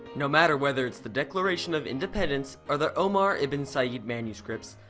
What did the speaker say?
no matter whether it's the declaration of independence or the omar ibn said manuscripts,